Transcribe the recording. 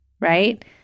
right